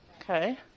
Okay